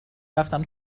رفتم